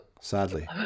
Sadly